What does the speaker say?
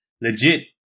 legit